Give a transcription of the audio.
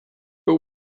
but